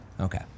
Okay